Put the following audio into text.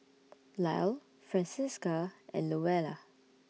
Lyle Francisca and Louella